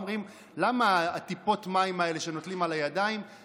אומרים: למה נוטלים את הידיים בטיפות המים האלה?